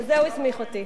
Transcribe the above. לזה הוא הסמיך אותי.